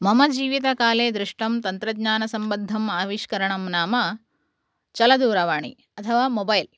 मम जीवितकाले दृष्टं तन्त्रज्ञानसम्बद्धम् आविष्करणं नाम चलदूरवाणी अथवा मोबैल्